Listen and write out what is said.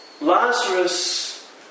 Lazarus